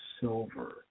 silver